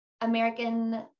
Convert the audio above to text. American